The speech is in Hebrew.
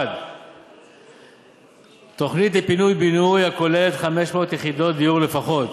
1. תוכנית לפינוי-בינוי הכוללת 500 יחידות דיור לפחות,